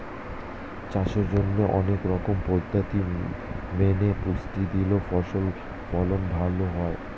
চাষের জন্যে অনেক রকম পদ্ধতি মেনে পুষ্টি দিলে ফসল ফলন ভালো হয়